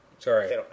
Sorry